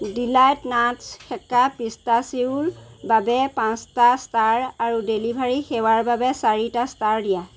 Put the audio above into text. Deloitte nuts সেকা পিষ্টাচিয়োৰ বাবে পাঁচটা ষ্টাৰ আৰু ডেলিভাৰী সেৱাৰ বাবে চাৰিটা ষ্টাৰ দিয়া